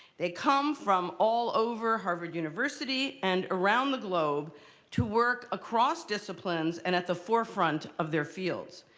they come from all over harvard university and around the globe to work across disciplines and at the forefront of their fields.